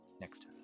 next